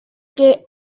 que